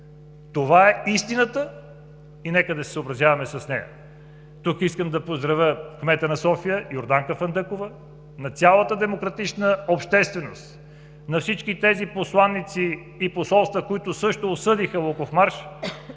Това е истината и нека да се съобразяваме с нея. Тук искам да поздравя кмета на София – Йорданка Фандъкова, цялата демократична общественост, всички тези посланици и посолства, които също осъдиха Луковмарш.